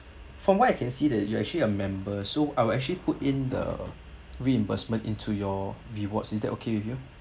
from what I can see that you actually a member so I will actually put in the reimbursement into your rewards is that okay with you